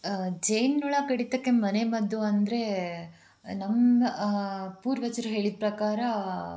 ಜೇನು ಹುಳ ಕಡಿತಕ್ಕೆ ಮನೆಮದ್ದು ಅಂದ್ರೆ ನಮ್ಮ ಪೂರ್ವಜರು ಹೇಳಿದ ಪ್ರಕಾರ